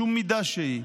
בשום מידה שהיא,